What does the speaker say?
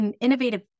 innovative